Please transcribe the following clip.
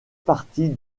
partie